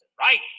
right